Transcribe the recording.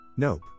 Nope